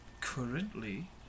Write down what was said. currently